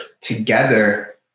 together